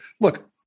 Look